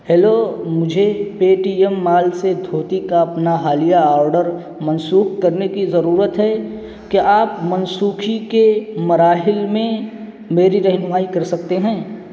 hello مجھے Paytm mall سے دھوتی کا اپنا حالیہ آرڈر منسوخ کرنے کی ضرورت ہے کیا آپ منسوخی کے مراحل میں میری رہنمائی کر سکتے ہیں